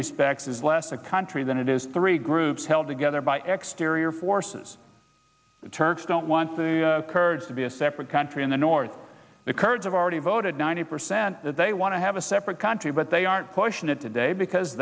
respects is less a country than it is three groups held together by exteriors forces the turks don't want the kurds to be a separate country in the north the kurds of already voted ninety percent that they want to have a separate country but they aren't pushing it today because